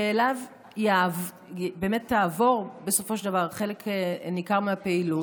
שאליו באמת תעבור בסופו של דבר חלק ניכר מהפעילות,